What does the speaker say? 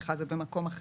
זה במקום אחר.